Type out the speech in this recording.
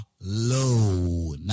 low